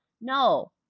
No